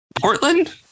Portland